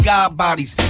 God-bodies